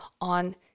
on